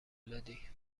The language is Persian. دادی